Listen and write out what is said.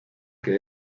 que